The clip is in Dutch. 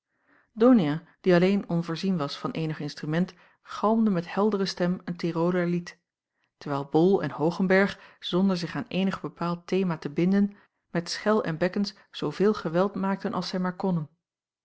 donia die alleen onvoorzien was van eenig instrument galmde met heldere stem een tyroler lied terwijl bol en hoogenberg zonder zich aan eenig bepaald thema te binden met schel en bekkens zooveel geweld maakten als zij maar konnen